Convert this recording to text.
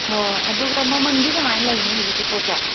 ꯍꯣꯏ ꯍꯣꯏ ꯑꯗꯨꯒ ꯃꯃꯜꯗꯤ ꯀꯃꯥꯏꯅ ꯂꯩꯅꯤ ꯍꯧꯖꯤꯛꯀꯤ ꯄꯣꯠꯁꯦ